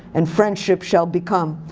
and friendship shall become.